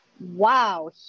wow